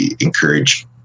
encourage